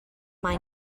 mae